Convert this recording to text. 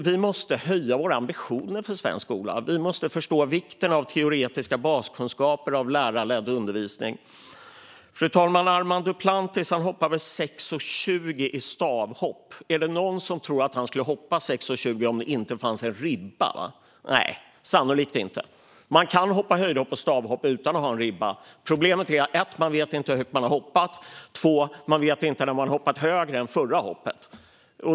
Vi måste höja våra ambitioner för svensk skola. Vi måste förstå vikten av teoretiska baskunskaper och lärarledd undervisning. Armand Duplantis hoppar väl 6,20 meter i stavhopp. Är det någon som tror att han skulle hoppa 6,20 om det inte fanns en ribba? Nej, sannolikt inte. Man kan hoppa höjdhopp och stavhopp utan ribba. Problemet är för det första att man inte vet hur högt man har hoppat och för det andra att man inte vet när man har hoppat högre än det förra hoppet.